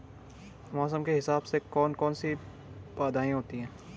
मौसम के हिसाब से कौन कौन सी बाधाएं होती हैं?